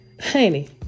honey